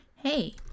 Hey